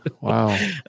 wow